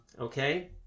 Okay